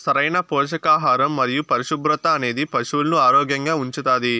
సరైన పోషకాహారం మరియు పరిశుభ్రత అనేది పశువులను ఆరోగ్యంగా ఉంచుతాది